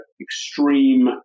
extreme